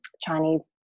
chinese